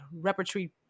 Repertory